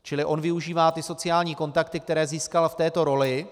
Čili on využívá ty sociální kontakty, které získal v této roli.